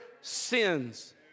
sins